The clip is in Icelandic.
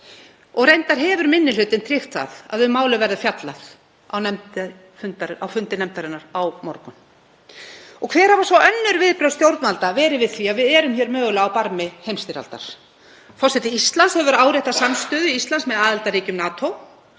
Reyndar hefur minni hlutinn tryggt það að um málið verði fjallað á fundi nefndarinnar á morgun. Hver hafa svo önnur viðbrögð stjórnvalda verið við því að við erum hér mögulega á barmi heimsstyrjaldar? Forseti Íslands hefur áréttað samstöðu Íslands með aðildarríkjum NATO